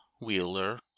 wheeler